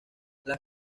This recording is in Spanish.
las